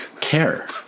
care